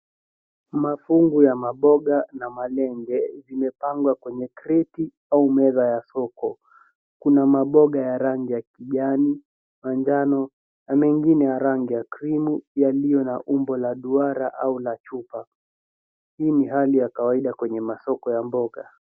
Mafungu ya mamboga na malenge zimefungwa kwenye kreti au meza ya soko. Kuna mamboga ya rangi ya kijani, manjano na mengine ya rangi ya cream yaliyo na umbo la duara au la chupa. Hii ni hali ya kawaida kwenye masoko ya mboga.